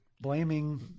blaming